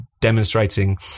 demonstrating